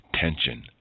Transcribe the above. tension